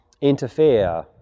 interfere